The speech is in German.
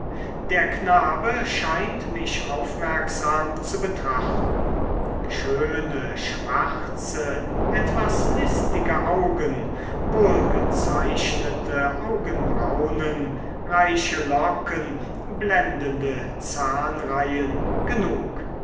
der knabe scheint mich aufmerksam zu betrachten schöne schwarze etwas listige augen wohlgezeichnete augenbraunen reiche locken blendende zahnreihen genug